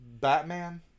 Batman